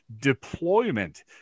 Deployment